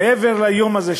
היום הזה,